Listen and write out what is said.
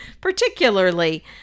particularly